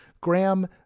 Graham